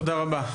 תודה רבה.